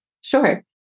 Sure